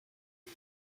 you